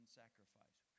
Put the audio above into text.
sacrifice